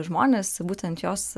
žmonės būtent jos